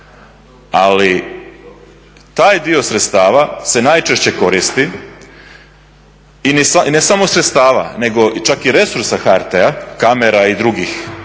Ali taj dio sredstava se najčešće koristi i ne samo sredstava nego čak i resursa HRT-a kamera i drugih